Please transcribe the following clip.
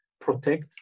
protect